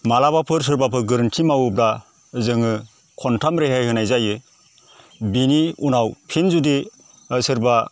माब्लाबाफोर सोरबाफोर गोरोनथि मावोब्ला जोङो खनथाम रेहाय होनाय जायो बिनि उनाव फिन जुदि सोरबा